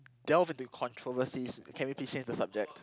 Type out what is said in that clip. delve into controversies can we please change the subject